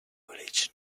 religion